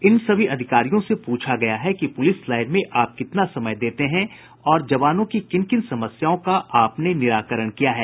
इन सभी अधिकारियों से पूछा गया है कि पुलिस लाईन में आप कितना समय देते हैं और जवानों की किन किन समस्याओं का आपने निराकरण किया है